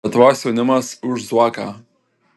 lietuvos jaunimas už zuoką